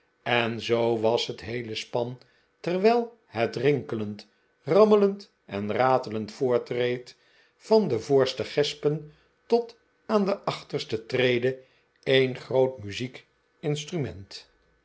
en zoo was het heele span terwijl het rinkelend rammelend en ratelend voortreed van de voorste gespen tot aan de achterste trede een groot muziekinstrument